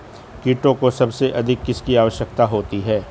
कीटों को सबसे अधिक किसकी आवश्यकता होती है?